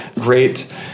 great